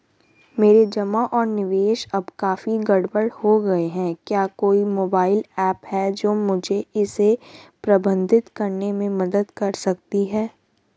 मेरे जमा और निवेश अब काफी गड़बड़ हो गए हैं क्या कोई मोबाइल ऐप है जो मुझे इसे प्रबंधित करने में मदद कर सकती है?